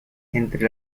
entre